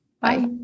Bye